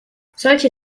solche